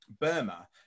Burma